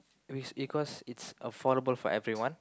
it's because its affordable for everyone